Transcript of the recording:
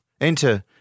Enter